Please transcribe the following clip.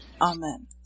Amen